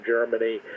Germany